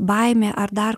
baimė ar dar